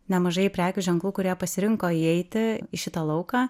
nemažai prekių ženklų kurie pasirinko įeiti į šitą lauką